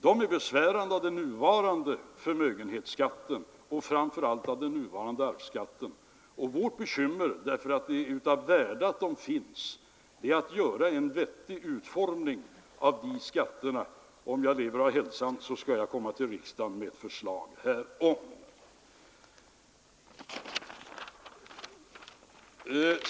De är besvärade av den nuvarande förmögenhetsskatten och framför allt av arvsskatten. Vårt bekymmer är att där göra en vettig utformning av skatterna, eftersom det är av värde att dessa företagare finns. Om jag lever och får ha hälsan, så skall jag komma till riksdagen med ett förslag härom.